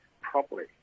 properly